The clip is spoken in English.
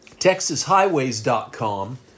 texashighways.com